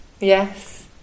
Yes